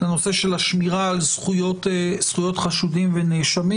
לנושא של שמירה על זכויות חשודים ונאשמים.